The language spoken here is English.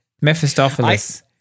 Mephistopheles